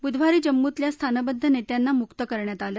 बुधवारी जम्मूतल्या स्थानबद्ध नस्यिांना मुक्त करण्यात आलं